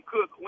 cook